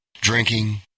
Drinking